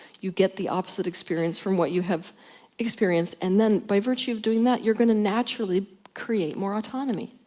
you get the opposite experience from what you have experienced, and then, by virtue of doing that, you're gonna naturally create more autonomy.